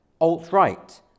alt-right